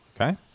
Okay